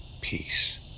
peace